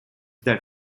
that